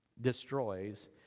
destroys